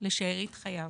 לשארית חייו.